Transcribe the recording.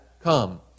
come